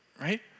right